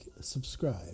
subscribe